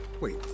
Wait